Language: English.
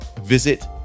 visit